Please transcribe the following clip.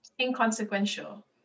Inconsequential